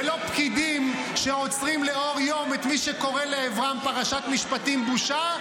ולא פקידים שעוצרים לאור יום את מי שקורא לעברם "פרשת משפטים בושה",